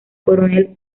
coronel